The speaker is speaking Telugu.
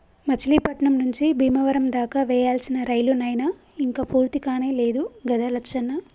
మచిలీపట్నం నుంచి బీమవరం దాకా వేయాల్సిన రైలు నైన ఇంక పూర్తికానే లేదు గదా లచ్చన్న